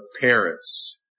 parents